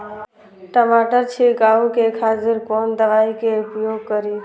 टमाटर छीरकाउ के खातिर कोन दवाई के उपयोग करी?